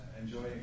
enjoying